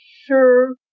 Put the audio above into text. sure